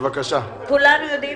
כולנו יודעים